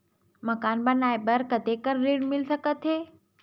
मकान बनाये बर कतेकन ऋण मिल सकथे?